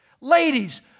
Ladies